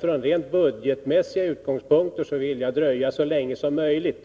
Från rent budgetmässiga utgångspunkter vill jag dröja så länge som möjligt.